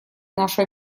нашу